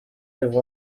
live